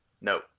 No